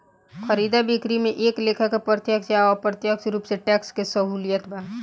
खरीदा बिक्री में एक लेखा के प्रत्यक्ष आ अप्रत्यक्ष रूप से टैक्स के सहूलियत बा